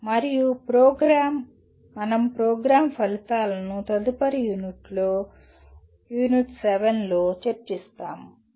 మరియు ప్రోగ్రామ్ మనం ప్రోగ్రామ్ ఫలితాలను తదుపరి యూనిట్ U7 లో చర్చిస్తాము